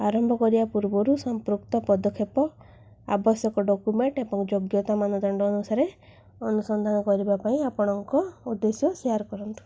ଆରମ୍ଭ କରିବା ପୂର୍ବରୁ ସମ୍ପୃକ୍ତ ପଦକ୍ଷେପ ଆବଶ୍ୟକ ଡକ୍ୟୁମେଣ୍ଟ ଏବଂ ଯୋଗ୍ୟତା ମାନଦଣ୍ଡ ଅନୁସାରେ ଅନୁସନ୍ଧାନ କରିବା ପାଇଁ ଆପଣଙ୍କ ଉଦ୍ଦେଶ୍ୟ ସେୟାର୍ କରନ୍ତୁ